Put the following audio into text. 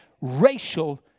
racial